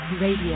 Radio